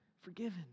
forgiven